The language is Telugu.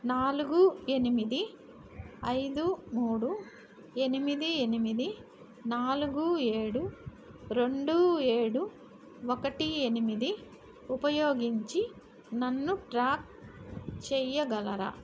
నాలుగు ఎనిమిది ఐదు మూడు ఎనిమిది ఎనిమిది నాలుగు ఏడు రెండు ఏడు ఒకటి ఎనిమిది ఉపయోగించి నన్ను ట్రాక్ చేయగలరా